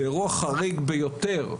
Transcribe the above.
זה אירוע חריג ביותר.